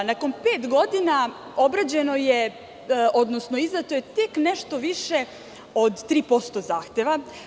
Nakon pet godina obrađeno je, odnosno izdato je nešto više od 3% zahteva.